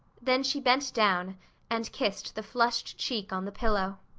then she bent down and kissed the flushed cheek on the pillow.